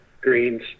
greens